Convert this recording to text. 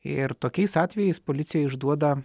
ir tokiais atvejais policija išduoda